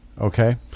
okay